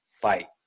Fight